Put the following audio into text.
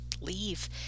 leave